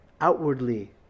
Outwardly